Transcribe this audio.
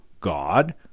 God